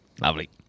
lovely